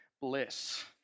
bliss